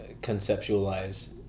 conceptualize